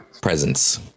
presence